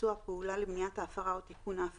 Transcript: ביצוע הפעולה למניעת ההפרה או תיקון ההפרה,